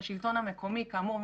לשלטון המקומי כאמור,